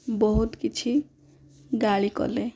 ବହୁତ କିଛି ଗାଳି କଲେ